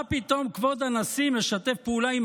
מה פתאום כבוד הנשיא משתף פעולה עם